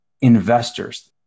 investors